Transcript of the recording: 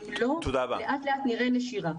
כי אם לא אנחנו לאט-לאט נראה נשירה.